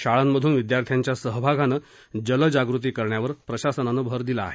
शाळांमधून विद्यार्थ्यांच्या सहभागानं जल जागृती करण्यावर प्रशासनानं भर दिला आहे